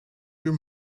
your